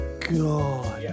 god